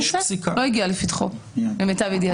לא הגיעה לפתחו למיטב ידיעתי.